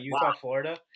Utah-Florida